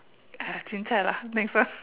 !aiya! cincai lah next one